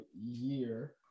year